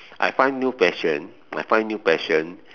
I find new passion I find new passion